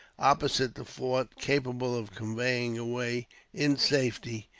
opposite the fort, capable of conveying away in safety